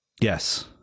Yes